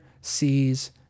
sees